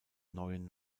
neuen